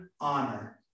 honor